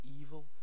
evil